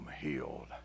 healed